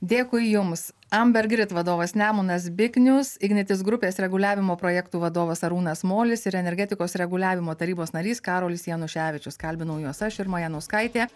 dėkui jums amber grid vadovas nemunas biknius ignitis grupės reguliavimo projektų vadovas arūnas molis ir energetikos reguliavimo tarybos narys karolis januševičius kalbinau jos aš irma janauskaitė